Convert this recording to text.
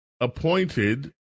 appointed